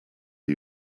are